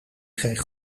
kreeg